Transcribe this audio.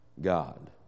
God